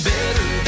better